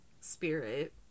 spirit